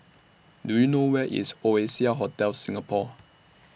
Do YOU know Where IS Oasia Hotel Singapore